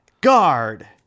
guard